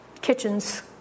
kitchens